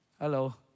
Hello